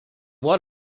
what